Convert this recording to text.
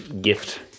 gift